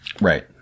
Right